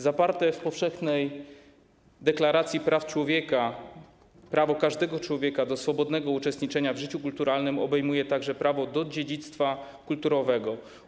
Zawarte w Powszechnej Deklaracji Praw Człowieka prawo każdego człowieka do swobodnego uczestniczenia w życiu kulturalnym obejmuje także prawo do dziedzictwa kulturowego.